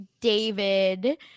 David